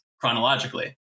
chronologically